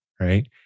right